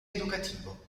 educativo